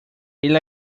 ele